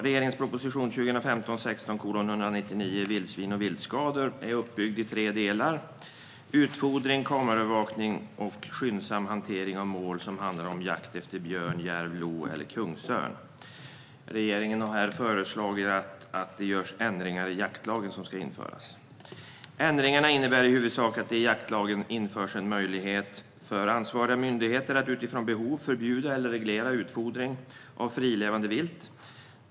Regeringens proposition 2015/16:199 Vildsvin och viltskador är uppbyggd i tre delar: utfodring, kameraövervakning och skyndsam hantering av mål som handlar om jakt efter björn, järv, lo eller kungsörn. Regeringen har föreslagit ändringar i jaktlagen. Ändringarna innebär i huvudsak att det i jaktlagen införs möjlighet för ansvariga myndigheter att utifrån behov förbjuda eller reglera utfodring av frilevande vilt.